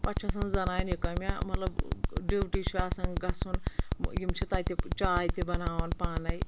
پتہِ چھُ آسان زنانہِ یہِ کامہِ مطلب ڈیوٹۍ چھِ آسان گَژھُن یم چھ تتہِ چاے تہِ بناوان پانے